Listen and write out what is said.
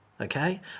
okay